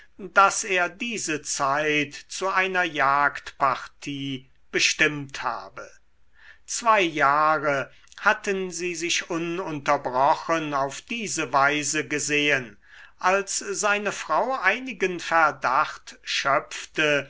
daß er diese zeit zu einer jagdpartie bestimmt habe zwei jahre hatten sie sich ununterbrochen auf diese weise gesehen als seine frau einigen verdacht schöpfte